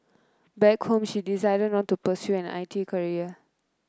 back home she decided not to pursue an I T career